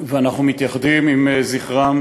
ואנחנו מתייחדים עם זכרם